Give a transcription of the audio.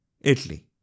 Italy